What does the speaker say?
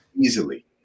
Easily